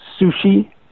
sushi